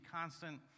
constant